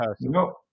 No